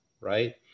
right